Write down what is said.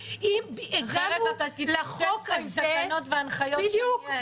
אחרת אתה תתרוצץ פה עם תקנות והנחיות עשרות שנים.